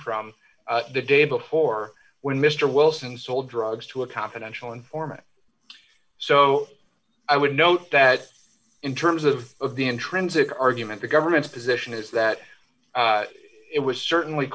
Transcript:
from the day before when mister wilson sold drugs to a confidential informant so i would note that in terms of the intrinsic argument the government's position is that it was certainly